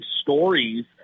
stories